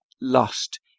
lost